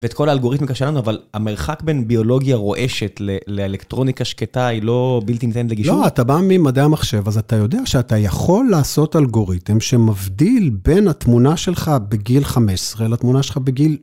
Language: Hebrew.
ואת כל האלגוריתמיקה שלנו, אבל המרחק בין ביולוגיה רועשת לאלקטרוניקה שקטה היא לא בלתי ניתנת לגישור? לא, אתה בא ממדעי המחשב, אז אתה יודע שאתה יכול לעשות אלגוריתם שמבדיל בין התמונה שלך בגיל 15 לתמונה שלך בגיל...